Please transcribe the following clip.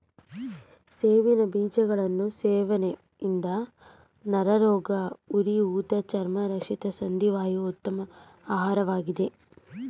ಸೆಣಬಿನ ಬೀಜಗಳು ಸೇವನೆಯಿಂದ ನರರೋಗ, ಉರಿಊತ ಚರ್ಮ ರಕ್ಷಣೆ ಸಂಧಿ ವಾಯು ಉತ್ತಮ ಆಹಾರವಾಗಿದೆ